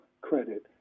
credit